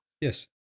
Yes